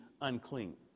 unclean